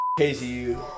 KZU